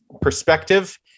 perspective